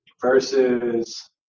versus